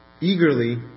eagerly